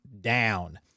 down